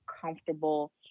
comfortable